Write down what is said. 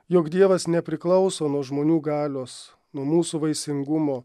jog dievas nepriklauso nuo žmonių galios nuo mūsų vaisingumo